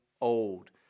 old